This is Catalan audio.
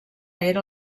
era